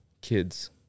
kids